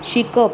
शिकप